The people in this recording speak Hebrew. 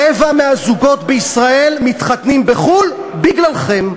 רבע מהזוגות בישראל מתחתנים בחו"ל בגללכם.